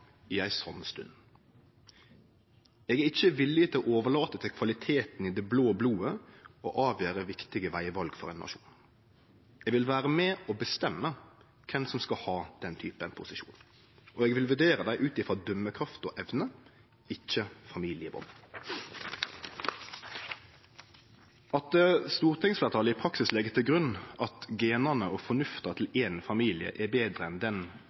i ei slik stund. Eg er ikkje villig til å overlate til kvaliteten på det blå blodet å avgjere viktige vegval for ein nasjon. Eg vil vere med og bestemme kven som skal ha den typen posisjon. Eg vil vurdere dei ut frå dømekraft og evne, ikkje familieband. At stortingsfleirtalet i praksis legg til grunn at genane og også fornufta til éin familie er betre enn den